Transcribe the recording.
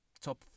Top